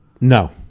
no